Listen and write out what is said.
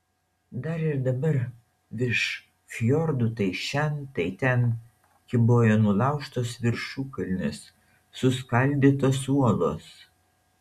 dar ir dabar virš fjordų tai šen tai ten kybojo nulaužtos viršukalnės suskaldytos uolos